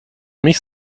mich